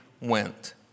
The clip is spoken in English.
went